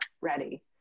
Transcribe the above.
ready